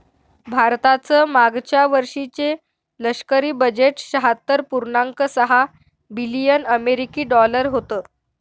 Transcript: भारताचं मागच्या वर्षीचे लष्करी बजेट शहात्तर पुर्णांक सहा बिलियन अमेरिकी डॉलर होतं